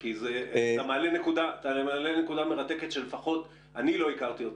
אתה מעלה נקודה מרתקת שאני לא הכרתי.